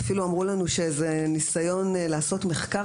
אפילו אמרו לנו שניסיון לעשות מחקר